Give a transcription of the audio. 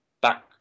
back